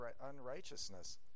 unrighteousness